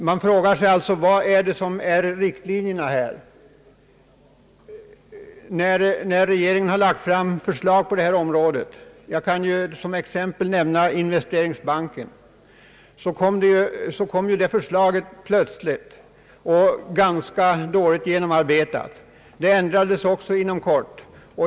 Man har alltså anledning att fråga sig vilka riktlinjerna för socialdemokraternas näringspolitik egenligen är. Jag kan som exempel ta regeringens förslag om investeringsbanken. Det förslaget kom plötsligt och var ganska dåligt genomarbetat. Det ändrades också inom kort.